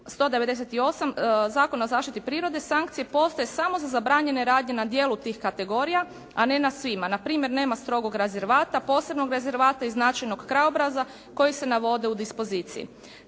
198. Zakona o zaštiti prirode, sankcije postoje samo za zabranjene radnje na dijelu tih kategorija, a ne na svima. Npr. nema strogog rezervata, posebnog rezervata i značajnog krajobraza koji se navode u dispoziciji.